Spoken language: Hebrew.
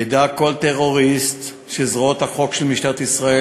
ידע כל טרוריסט שזרועות החוק של משטרת ישראל